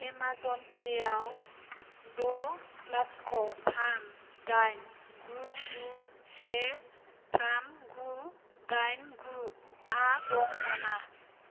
Amazon पेआव द' लाथिख' थाम दाइन गु गु से थाम गु दाइन गुआ दं नामा